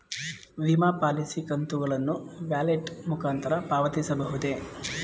ವಿಮಾ ಪಾಲಿಸಿ ಕಂತುಗಳನ್ನು ವ್ಯಾಲೆಟ್ ಮುಖಾಂತರ ಪಾವತಿಸಬಹುದೇ?